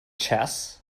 chess